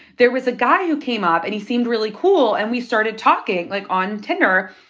there was a guy who came up. and he seemed really cool. and we started talking, like, on tinder.